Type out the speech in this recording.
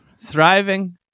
Thriving